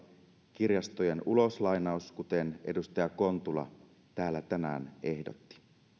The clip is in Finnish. kirjastojen uloslainaus kuten edustaja kontula täällä tänään ehdotti